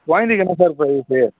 குழந்தைக்கு என்ன ப்ரைவஸி